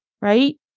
right